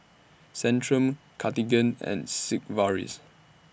Centrum Cartigain and Sigvaris